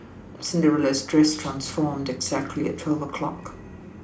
Cinderella's dress transformed exactly at twelve o' clock